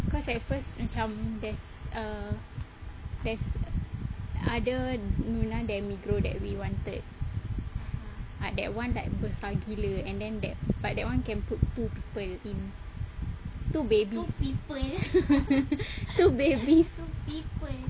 cause at first macam there's a there's other Nuna demi grow that we wanted but that [one] like besar gila and then but that [one] can put two people in two babies two babies